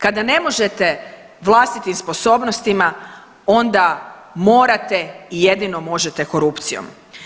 Kada ne možete vlastitim sposobnostima onda morate i jedino možete korupcijom.